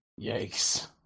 Yikes